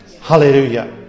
Hallelujah